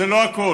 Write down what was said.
זה לא הכול,